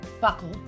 buckle